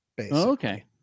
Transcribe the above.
Okay